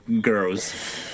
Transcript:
girls